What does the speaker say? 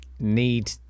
Need